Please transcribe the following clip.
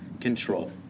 control